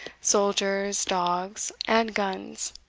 soldiers, dogs, and guns,